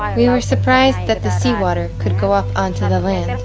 um we ah were surprised that the sea water could go up unto the land.